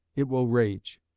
it will rage.